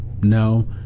no